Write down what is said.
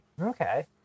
Okay